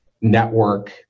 network